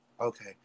okay